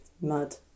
mud